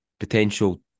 potential